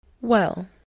Well